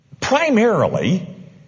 primarily